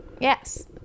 Yes